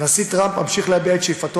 הנשיא טראמפ ממשיך להביע את שאיפתו